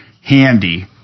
handy